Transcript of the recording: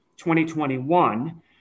2021